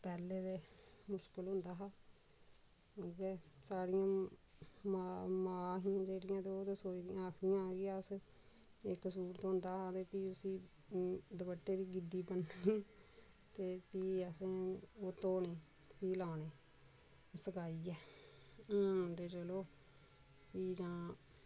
पैह्ले ते मुश्कल होंदा हा उयै साढ़ियां मा मा हियां जेह्ड़ियां ते ओह् सोचदियां आखदियां हियां के असें इक सूट थ्होंदा हा ते फ्ही उसी दपट्टे दी गिद्दी बननी ते फ्ही असें ओह् धोने फ्ही लाने सकाइयै हून ते चलो फ्ही जां